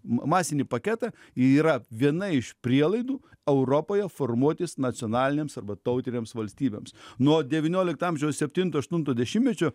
masinį paketą yra viena iš prielaidų europoje formuotis nacionalinėms arba tautinėms valstybėms nuo devyniolikto amžiaus septinto aštunto dešimtmečio